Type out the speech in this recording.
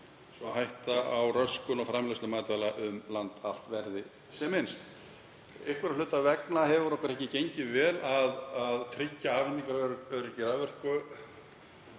svo að hætta á röskun á framleiðslu matvæla um land allt verði sem minnst. Einhverra hluta vegna hefur okkur ekki gengið vel að tryggja afhendingaröryggi raforku